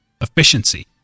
efficiency